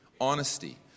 honesty